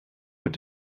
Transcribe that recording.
mit